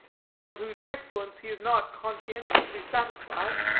anything of whose excellence he is not conscientiously satisfied.